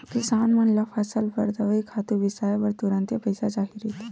किसान मन ल फसल बर दवई, खातू बिसाए बर तुरते पइसा चाही रहिथे